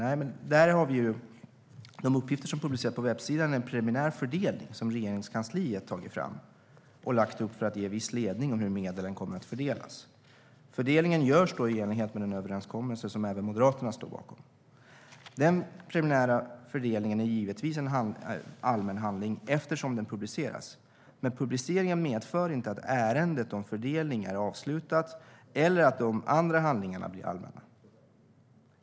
Men de uppgifter som är publicerade på hemsidan är en preliminär fördelning som Regeringskansliet har tagit fram och lagt ut för att ge viss ledning om hur medlen kommer att fördelas. Fördelningen görs i enlighet med den överenskommelse som även Moderaterna står bakom. Den preliminära fördelningen är givetvis en allmän handling eftersom den publiceras. Men publiceringen medför inte att ärendet om fördelning är avslutat eller att de andra handlingarna blir allmänna.